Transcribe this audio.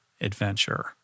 adventure